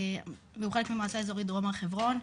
והוא חלק ממועצה אזורית, דרום הר חברון.